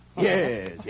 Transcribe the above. yes